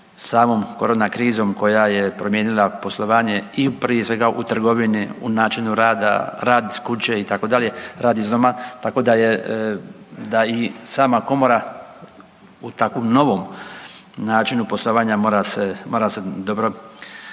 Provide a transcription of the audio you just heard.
samom korona krizom koja je promijenila poslovanja i prije svega u trgovini, u načinu rada, rad iz kuće itd., rad iz doma, tako da je, da i sama komora u takvom novom načinu poslovanja mora se, mora